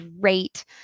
great